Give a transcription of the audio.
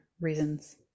reasons